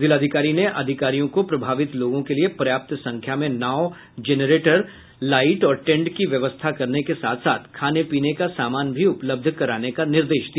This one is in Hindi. जिलाधिकारी ने अधिकारियों को प्रभावित लोगों को लिए पर्याप्त संख्या में नाव जेनरेटर लाईट और टेंट की व्यवस्था करने के साथ साथ खाने पीने का सामान भी उपलब्ध कराने का निर्देश दिया